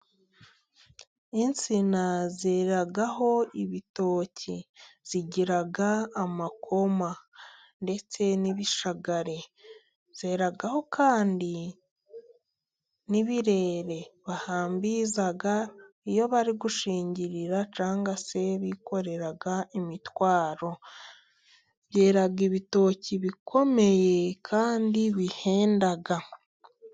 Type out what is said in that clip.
Insina zeraho ibitoki zigira amakoma ndetse n'ibishagare, zeraho kandi n'ibirere bahambiriza iyo bari gushingirira, cyangwa se bikorera imitwaro, byera ibitoki bikomeye kandi bihenda.